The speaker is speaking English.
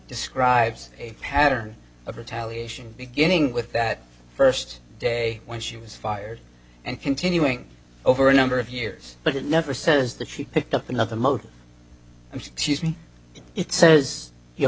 describes a pattern of retaliation beginning with that first day when she was fired and continuing over a number of years but it never says that she picked up another motive and it says your